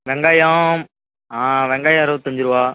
வெங்காயம் ஆ வெங்காயம் அறுபத்தஞ்சிருவா